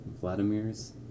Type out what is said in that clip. Vladimir's